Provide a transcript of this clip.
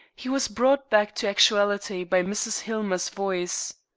he was brought back to actuality by mrs. hillmer's voice.